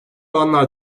olanlar